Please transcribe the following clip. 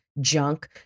junk